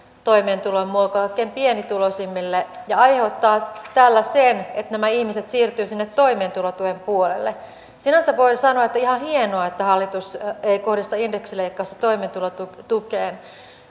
toimeentulon muoto kaikkein pienituloisimmille ja aiheuttaa tällä sen että nämä ihmiset siirtyvät sinne toimeentulotuen puolelle sinänsä voi sanoa että on ihan hienoa että hallitus ei kohdista indeksileikkausta toimeentulotukeen